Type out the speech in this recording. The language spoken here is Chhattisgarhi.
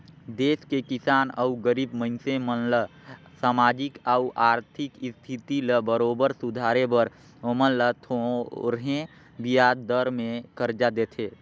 देस के किसान अउ गरीब मइनसे मन ल सामाजिक अउ आरथिक इस्थिति ल बरोबर सुधारे बर ओमन ल थो रहें बियाज दर में करजा देथे